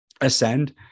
ascend